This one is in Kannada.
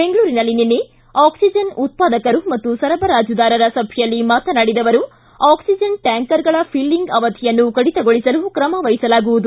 ಬೆಂಗಳೂರಿನಲ್ಲಿ ನಿನ್ನೆ ಆಕ್ಲಿಜನ್ ಉತ್ಪಾದಕರು ಮತ್ತು ಸರಬರಾಜುದಾರರ ಸಭೆಯಲ್ಲಿ ಮಾತನಾಡಿದ ಅವರು ಆಕ್ಲಿಜನ್ ಟ್ನಾಂಕರ್ಗಳ ಫಿಲ್ಲಿಂಗ್ ಅವಧಿಯನ್ನು ಕಡಿತಗೊಳಿಸಲು ಕ್ರಮ ವಹಿಸಲಾಗುವುದು